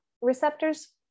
receptors